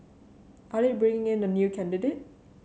are they bringing in a new candidate